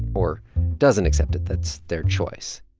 or doesn't accept it. that's their choice.